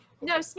No